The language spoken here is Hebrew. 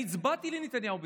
אני הצבעתי לנתניהו ב-1999.